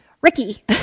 Ricky